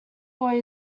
boy